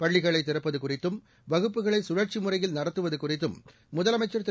பள்ளிகளை திறப்பது குறித்தும் வகுப்புகளை சுழற்சி முறையில் நட்துவது குறித்தும் முதலமைச்சா் திரு